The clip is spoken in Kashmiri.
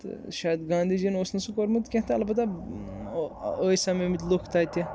تہٕ شاید گاندھی جی یَن اوس نہٕ سُہ کوٚرمُت کینٛہہ تہٕ البتہ ٲسۍ سَمیمٕتۍ لُکھ تَتہِ